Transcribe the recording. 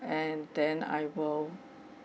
and then I will